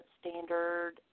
standard